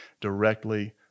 directly